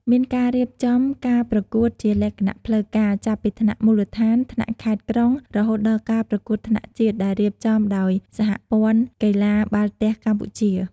មានការរៀបចំការប្រកួតជាលក្ខណៈផ្លូវការ ចាប់ពីថ្នាក់មូលដ្ឋាន ថ្នាក់ខេត្ត-ក្រុង រហូតដល់ការប្រកួតថ្នាក់ជាតិដែលរៀបចំដោយសហព័ន្ធកីឡាបាល់ទះកម្ពុជា។